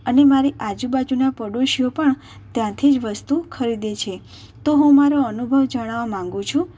અને મારી આજુબાજુના પાડોશીઓ પણ ત્યાંથી જ વસ્તુ ખરીદે છે તો હું મારો અનુભવ જણાવવા માગું છું